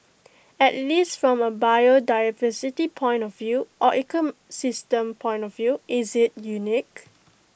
at least from A biodiversity point of view or ecosystem point of view is IT unique